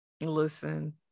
Listen